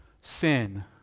sin